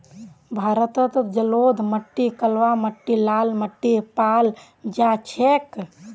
भारतत जलोढ़ माटी कलवा माटी लाल माटी पाल जा छेक